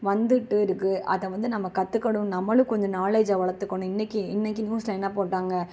வந்துட்டு இருக்குது அதை வந்து நம்ம கற்றுக்கணும் நம்மளும் கொஞ்ச நாலேஜை வளர்த்துக்கணும் இன்னைக்கி இன்னைக்கி நியூஸ்ல என்ன போட்டாங்கள்